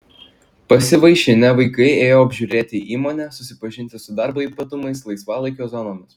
pasivaišinę vaikai ėjo apžiūrėti įmonę susipažinti su darbo ypatumais laisvalaikio zonomis